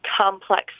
complex